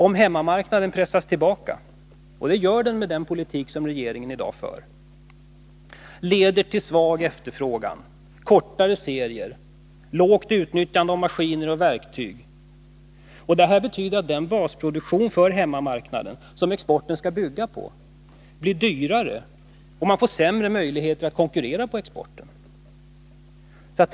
Om hemmamarknaden pressas tillbaka — och det gör den med den politik som regeringen i dag för — leder det till svag efterfrågan, kortare serier, lågt utnyttjande av maskiner och verktyg. Detta betyder att den basproduktion för hemmamarknaden som exporten skall bygga på blir dyrare, och man får sämre möjligheter att konkurrera på exportmarknaderna.